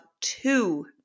two